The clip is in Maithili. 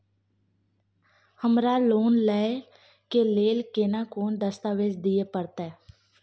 हमरा लोन लय के लेल केना कोन दस्तावेज दिए परतै?